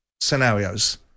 scenarios